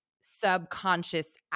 subconscious